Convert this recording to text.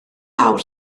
awr